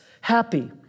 happy